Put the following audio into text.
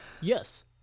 Yes